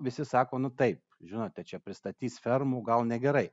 visi sako nu taip žinote čia pristatys fermų gal negerai